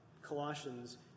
Colossians